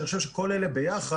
אני חושב שכל אלה ביחד,